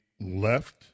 left